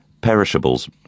Perishables